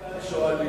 את חיים כץ שואלים.